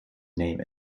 name